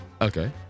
Okay